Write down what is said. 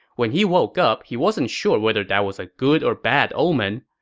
when he woke up, he wasn't sure whether that was a good or bad omen.